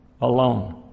alone